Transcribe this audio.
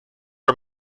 are